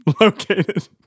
located